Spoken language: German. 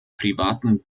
privaten